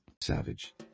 Savage